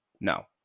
now